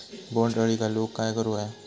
बोंड अळी घालवूक काय करू व्हया?